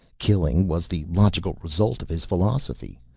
killing was the logical result of his philosophy.